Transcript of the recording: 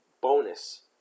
bonus